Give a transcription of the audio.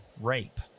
rape